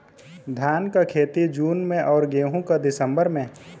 धान क खेती जून में अउर गेहूँ क दिसंबर में?